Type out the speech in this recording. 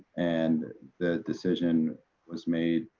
and the decision was made